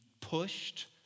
pushed